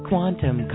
Quantum